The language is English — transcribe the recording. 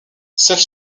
such